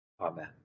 Amen